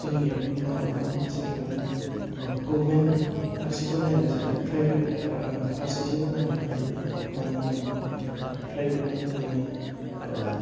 जोंनियाव नाहरबाव मोनसे आरो गभमेन्ट फारसेखौ नायाबालासेनि फ्राइभेट फारसेथिंबो नाहरनो हायो मानो होननानै बुङोब्ला फ्राइभेट नोङो ओह